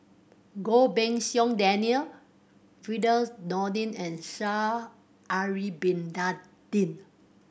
Goh Pei Siong Daniel Firdaus Nordin and Sha'ari Bin Tadin